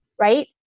right